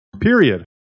period